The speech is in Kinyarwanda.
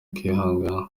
kwihangana